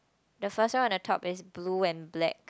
the first one I want to talk is blue and black